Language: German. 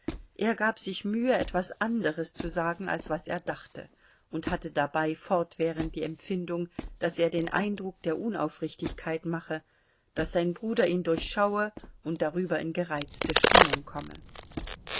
er gab sich mühe etwas anderes zu sagen als was er dachte und hatte dabei fortwährend die empfindung daß er den eindruck der unaufrichtigkeit mache daß sein bruder ihn durchschaue und darüber in gereizte stimmung komme